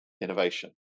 innovation